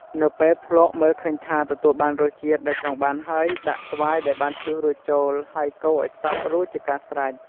នៅពេលភ្លក់មើលឃើញថាទទួលបានរសជាតិដែលចង់បានហើយដាក់ស្វាយដែលបានឈូសរួចចូល ហើយកូរឱ្យសព្វរួចជាការស្រេច។